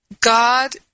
God